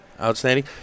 Outstanding